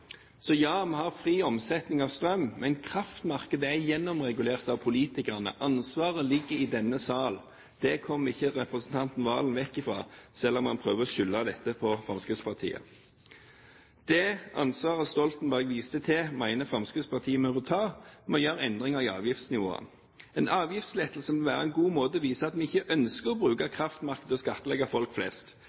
Så ja, vi har fri omsetning av strøm, men kraftmarkedet er gjennomregulert av politikerne. Ansvaret ligger i denne sal. Det kommer ikke representanten Serigstad Valen vekk fra, selv om han prøver å skylde på Fremskrittspartiet. Det ansvaret Stoltenberg viste til, mener Fremskrittspartiet vi må ta. Vi må gjøre endringer i avgiftsnivået. En avgiftslettelse må være en god måte for å vise at vi ikke ønsker å bruke kraftmarkedet til å skattlegge folk flest.